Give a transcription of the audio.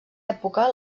època